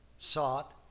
sought